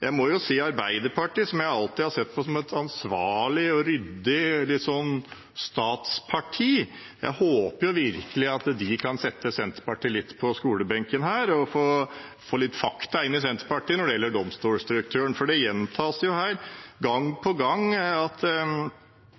Jeg håper virkelig at Arbeiderpartiet, som jeg alltid har sett på som et ansvarlig og ryddig statsparti, kan sette Senterpartiet litt på skolebenken her og få fakta inn i Senterpartiet når det gjelder domstolstrukturen, for det gjentas her, gang på gang, at